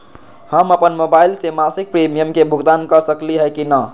हम अपन मोबाइल से मासिक प्रीमियम के भुगतान कर सकली ह की न?